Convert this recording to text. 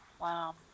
wow